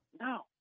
No